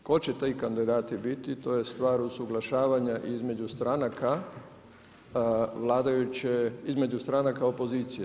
Tko će ti kandidati biti to je stvar usuglašavanja između stranaka vladajuće, između stranaka opozicije.